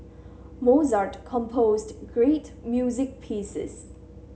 Mozart composed great music pieces